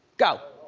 go.